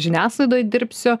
žiniasklaidoj dirbsiu